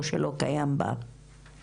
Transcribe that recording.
או שלא קיימת בה זנות?